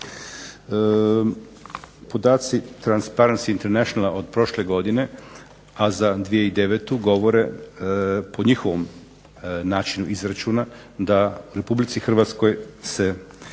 podaci Transparency International od prošle godine, a za 2009. govore po njihovom načinu izračuna da Republici Hrvatskoj je